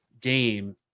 game